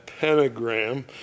pentagram